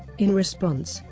in response,